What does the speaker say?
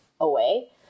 away